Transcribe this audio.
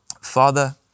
Father